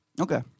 Okay